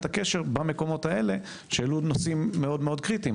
הקשר במקומות האלה שהעלו נושאים מאוד קריטיים.